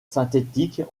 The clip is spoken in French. synthétiques